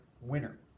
winner